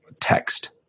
text